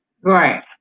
Right